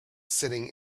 sitting